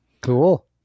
Cool